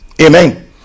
Amen